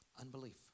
Unbelief